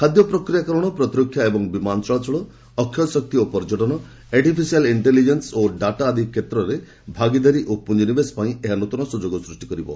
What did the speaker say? ଖାଦ୍ୟ ପ୍ରକ୍ରିୟାକରଣ ପ୍ରତିରକ୍ଷା ଏବଂ ବିମାନ ଚଳାଚଳ ଅକ୍ଷୟ ଶକ୍ତି ଓ ପର୍ଯ୍ୟଟନ ଆର୍ଟିଫିସିଆଲ୍ ଇଷ୍ଟେଲିଜେନ୍ସ ଓ ଡାଟା ଆଦି କ୍ଷେତ୍ରରେ ଭାଗିଦାରୀ ଓ ପୁଞ୍ଜିନିବେଶ ପାଇଁ ଏହା ନୃତନ ସୁଯୋଗ ସୃଷ୍ଟି କରିବ